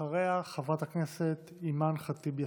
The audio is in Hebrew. ואחריה חברת הכנסת אימאן ח'טיב יאסין.